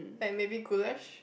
like maybe goulash